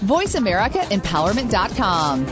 VoiceAmericaEmpowerment.com